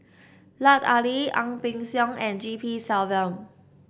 Lut Ali Ang Peng Siong and G P Selvam